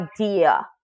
idea